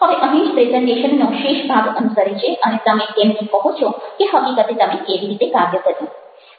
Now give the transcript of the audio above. હવે અહીં જ પ્રેઝન્ટેશનનો શેષ ભાગ અનુસરે છે અને તમે તેમને કહો છો કે હકીકતે તમે કેવી રીતે કાર્ય કર્યું